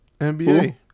NBA